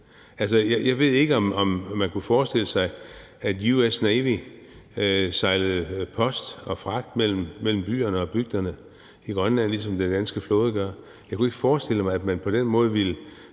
jeg ved ikke, om man kunne forestille sig, at US Navy sejlede post og fragt mellem byerne og bygderne i Grønland, ligesom den danske flåde gør. Jeg kunne ikke forestille mig, at man på den måde ville